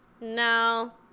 No